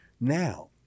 now